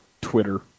Twitter